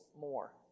more